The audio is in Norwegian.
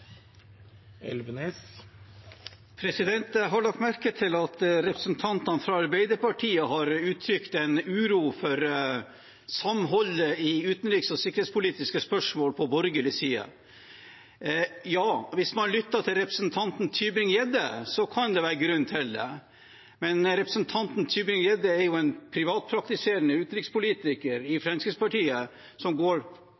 Jeg har lagt merke til at representantene fra Arbeiderpartiet har uttrykt en uro for samholdet i utenriks- og sikkerhetspolitiske spørsmål på borgerlig side. Ja, hvis man lytter til representanten Tybring-Gjedde kan det være grunn til det, men representanten Tybring-Gjedde er jo en privatpraktiserende utenrikspolitiker i